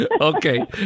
Okay